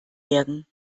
werden